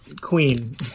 queen